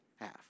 half